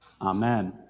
Amen